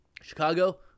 Chicago